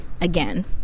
again